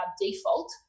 default